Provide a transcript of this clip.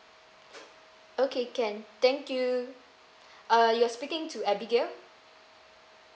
okay can thank you uh you're speaking to abigail